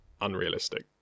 unrealistic